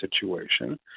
situation